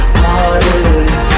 party